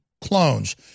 clones